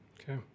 Okay